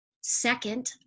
Second